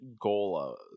goal